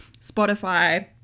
Spotify